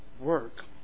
work